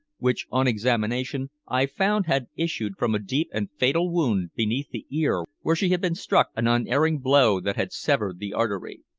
which, on examination, i found had issued from a deep and fatal wound beneath the ear where she had been struck an unerring blow that had severed the artery.